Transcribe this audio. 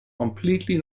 completely